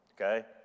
Okay